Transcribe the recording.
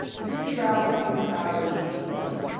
here is the graph for the average voter.